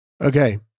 okay